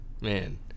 man